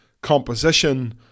composition